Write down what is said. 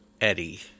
Eddie